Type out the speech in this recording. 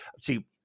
See